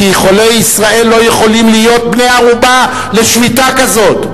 כי חולי ישראל לא יכולים להיות בני ערובה לשביתה כזאת.